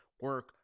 Work